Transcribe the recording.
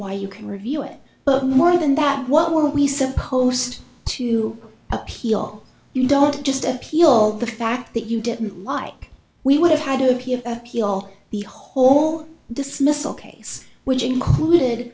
why you can review it but more than that what were we supposed to appeal you don't just appeal the fact that you didn't like we would have had to be all the whole dismissal case which included